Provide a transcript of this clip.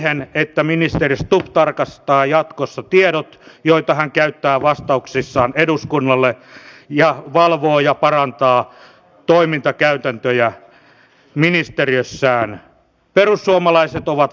edellisessä puheenvuorossa nostin ikääntyneisiin kohdistuvat väkivaltateot esille ja kiitän kaikkia niitä edustajia jotka kuuntelivat puheenvuoroni ja kommentoivat sitä